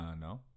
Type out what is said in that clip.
No